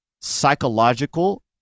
psychological